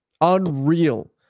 Unreal